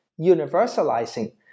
universalizing